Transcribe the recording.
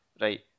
right